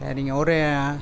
சரிங்க ஒரு